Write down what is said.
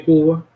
Cuba